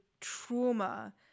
trauma